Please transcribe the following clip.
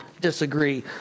disagree